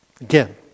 Again